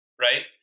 right